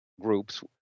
groups